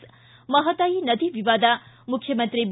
ಿ ಮಹದಾಯಿ ನದಿ ವಿವಾದ ಮುಖ್ಯಮಂತ್ರಿ ಬಿ